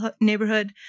neighborhood